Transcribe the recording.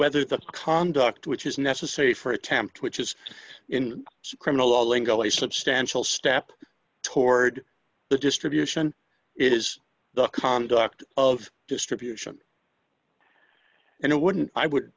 whether the conduct which is necessary for attempt which is in criminal law lingo a substantial step toward the distribution it is the conduct of distribution and it wouldn't i would